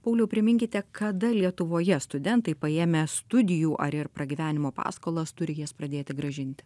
paulių priminkite kada lietuvoje studentai paėmę studijų ar ir pragyvenimo paskolas turi jas pradėti grąžinti